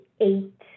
eight